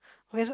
okay so